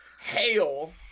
hail